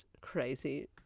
crazy